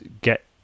get